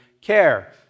care